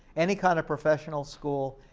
any kind of professional school,